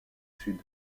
sud